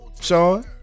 Sean